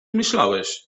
myślałeś